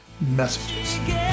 messages